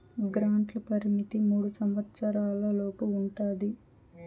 గ్రాంట్ల పరిమితి మూడు సంవచ్చరాల లోపు ఉంటది